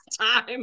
time